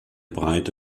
breite